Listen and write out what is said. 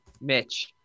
Mitch